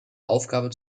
aufgabe